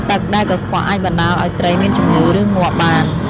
ទឹកដែលកខ្វក់អាចបណ្តាលឲ្យត្រីមានជំងឺ ឬងាប់បាន។